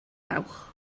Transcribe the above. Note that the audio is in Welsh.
dawch